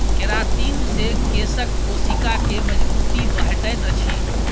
keratin से केशक कोशिका के मजबूती भेटैत अछि